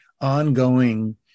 ongoing